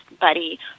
buddy